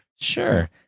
Sure